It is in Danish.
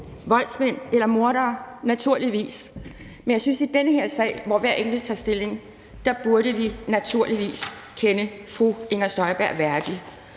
voldsmænd og mordere. Men jeg synes, at i den her sag, hvor hver enkelt tager stilling, burde vi naturligvis kende fru Inger Støjberg værdig.